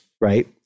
right